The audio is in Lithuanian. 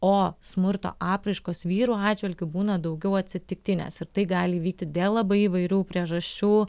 o smurto apraiškos vyrų atžvilgiu būna daugiau atsitiktinės ir tai gali įvykti dėl labai įvairių priežasčių